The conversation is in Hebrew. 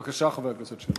בבקשה, חבר הכנסת שלח.